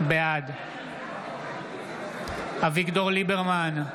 בעד אביגדור ליברמן,